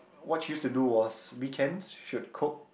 what she used to do was weekends she would cook